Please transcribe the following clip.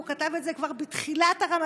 הוא כתב את זה כבר בתחילת הרמדאן,